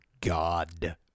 god